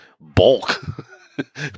bulk